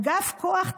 אגף כוח תת-אדם.